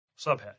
Subhead